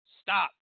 stop